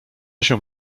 się